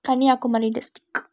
Kanyakumari district